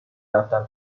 رفتن